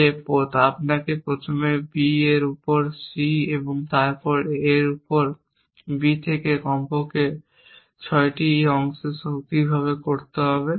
যে আপনাকে প্রথমে B এর উপর c এবং তারপর A এর উপর B থেকে একটি কমপক্ষে 6টি এই অংশে সঠিকভাবে করতে হবে